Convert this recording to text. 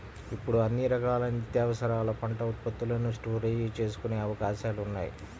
ఇప్పుడు అన్ని రకాల నిత్యావసరాల పంట ఉత్పత్తులను స్టోరేజీ చేసుకునే అవకాశాలున్నాయి